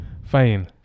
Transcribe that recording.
Fine